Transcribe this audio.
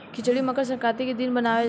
खिचड़ी मकर संक्रान्ति के दिने बनावे लालो